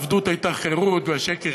העבדות הייתה חירות והשקר,